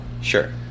Sure